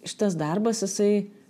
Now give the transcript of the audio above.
šitas darbas jisai